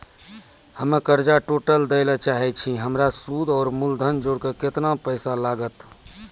हम्मे कर्जा टोटल दे ला चाहे छी हमर सुद और मूलधन जोर के केतना पैसा लागत?